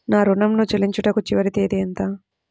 నా ఋణం ను చెల్లించుటకు చివరి తేదీ ఎంత?